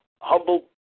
humble